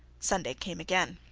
sunday came again.